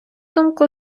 думку